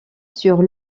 sur